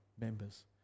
members